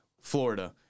Florida